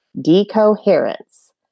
Decoherence